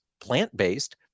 plant-based